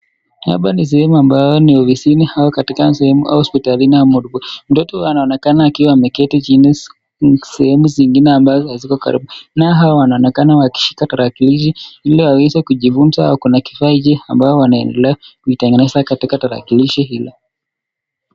Hapa ni sehemu ambayo ni ofisini au katika sehemu au hospitalini, mtoto anaonekana akiwa ameketi chini sehemu zingine ambazo ziko karibu, nao hawa wanaonekana wakishika tarakilishi, ili waweze kujifunza, kuna kifaa hichi ambayo wanaendelea kuitengeneza katika tarakilishi, hilo.